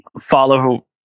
follow